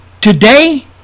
Today